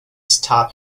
stab